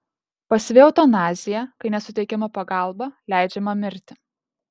pasyvi eutanazija kai nesuteikiama pagalba leidžiama mirti